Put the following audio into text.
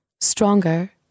stronger